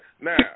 Now